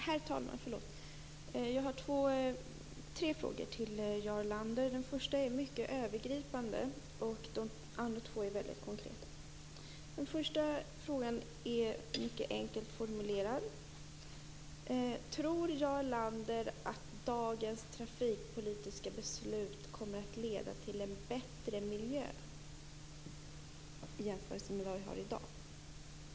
Herr talman! Jag har tre frågor till Jarl Lander. Den första är mycket övergripande, och de två andra är mycket konkreta. Den första frågan är mycket enkelt formulerad. Tror Jarl Lander att dagens trafikpolitiska beslut kommer att leda till en bättre miljö i jämförelse med i dag?